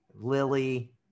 Lily